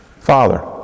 Father